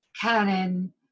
Canon